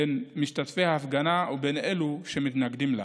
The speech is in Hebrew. בין משתתפי ההפגנה ובין אלו שמתנגדים לה,